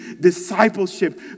discipleship